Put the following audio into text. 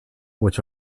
which